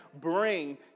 bring